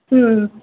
ହୁଁ